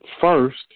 first